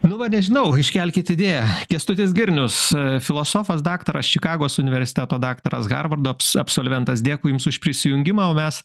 nu va nežinau iškelkit idėją kęstutis girnius filosofas daktaras čikagos universiteto daktaras harvardo absolventas dėkui jums už prisijungimą o mes